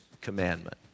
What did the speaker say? commandment